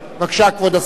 בבקשה, כבוד השר.